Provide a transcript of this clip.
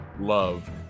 love